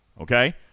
Okay